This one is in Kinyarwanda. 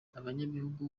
abanyagihugu